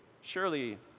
Surely